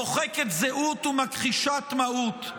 מוחקת זהות ומכחישת מהות.